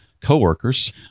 coworkers